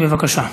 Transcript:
בבקשה.